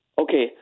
Okay